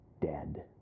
dead